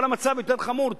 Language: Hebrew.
אבל המצב חמור יותר.